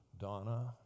Donna